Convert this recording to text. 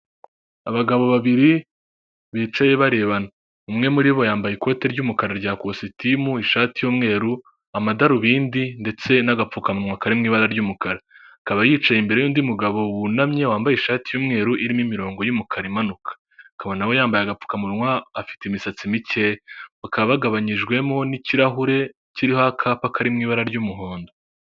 Abagabo babiri, bicaye barebana, umwe muri bo yambaye ikote ry'umukara rya kositimu ishati y'umweru, amadarubindi ndetse n'agapfukamunwa karirimo ibara ry'umukara, akaba yicaye imbere y'undi mugabo wunamye wambaye ishati y'umweru irimo imirongo'umukara imanuka, akaba na we yambaye agapfukamunwa afite imisatsi mikeya bakaba bagabanyijwemo n'ikirahure kiriho akapa karirimo ibara ry'umuhondo.